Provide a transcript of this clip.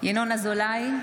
ינון אזולאי,